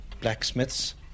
blacksmiths